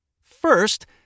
First